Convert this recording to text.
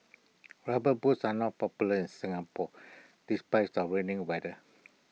rubber boots are not popular in Singapore despite our rainy weather